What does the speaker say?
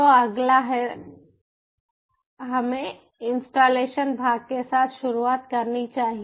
तो अगला है तो हमें इंस्टॉलेशन भाग के साथ शुरुआत करनी चाहिए